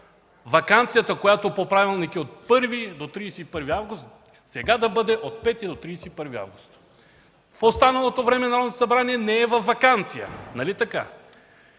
ваканцията, която по правилник е от 1 до 31 август, сега да бъде от 5 до 31 август. В останалото време Народното събрание не е във ваканция. Нали така?